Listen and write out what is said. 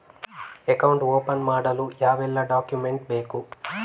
Account open ಮಾಡಲು ಯಾವೆಲ್ಲ document ಬೇಕು?